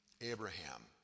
Abraham